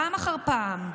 פעם אחר פעם,